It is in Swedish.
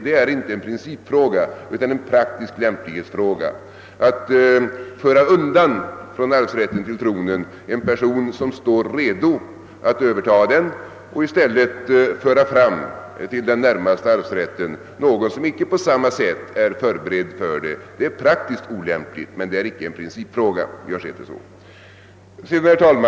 Det är inte en principfråga utan en praktisk lämplighetsfråga. Att från arvsrätten till tronen föra undan en person som står redo att överta den och i stället föra fram till den närmaste arvsrätten någon som inte på samma sätt är förberedd är praktiskt olämpligt, men det är icke en principfråga.